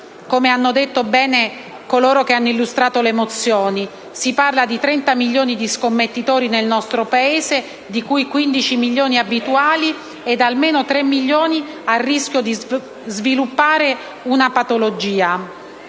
come hanno detto bene coloro che hanno illustrato le mozioni. Si parla di 30 milioni di scommettitori nel nostro Paese, di cui 15 milioni abituali e almeno 3 milioni a rischio di sviluppare una patologia.